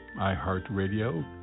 iHeartRadio